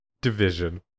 Division